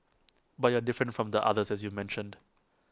but you're different from the others as you mentioned